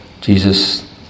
Jesus